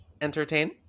entertain